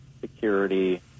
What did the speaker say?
security